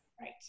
Right